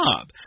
job